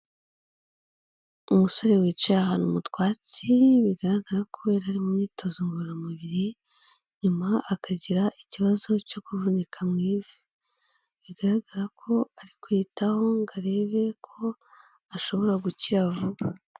Umusore wicaye ahantu mu twatsi, bigaragara ko ari mu myitozo ngororamubiri, nyuma akagira ikibazo cyo kuvunika mu ivi, bigaragara ko ari kwiyitaho ngo arebe ko ashobora gukira vuba.